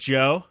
Joe